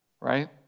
Right